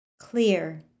clear